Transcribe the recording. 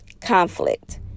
Conflict